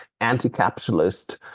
anti-capitalist